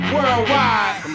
Worldwide